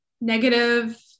negative